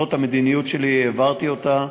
זו המדיניות שלי, העברתי אותה,